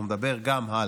הוא מדבר גם על